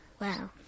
Wow